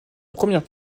première